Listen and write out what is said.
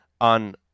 on